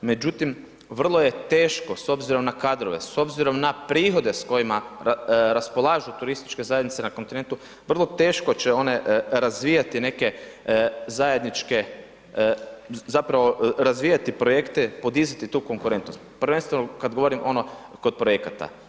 Međutim, vrlo je teško s obzirom na kadrove, s obzirom na prihode s kojima raspolažu turističke zajednice na kontinentu, vrlo teško će one razvijati neke zajedničke, zapravo razvijati projekte, podizati tu konkurentnost, prvenstveno kad govorim ono kod projekata.